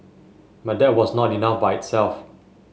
but that was not enough by itself